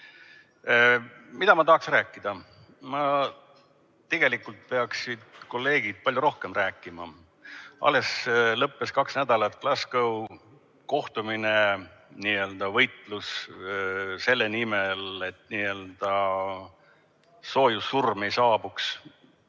Mida ma tahaks rääkida? Tegelikult peaksid kolleegid palju rohkem rääkima. Alles lõppes kaks nädalat kestnud Glasgow' kohtumine, võitlus selle nimel, et n-ö soojussurm ei saabuks.